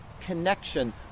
connection